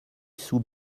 sous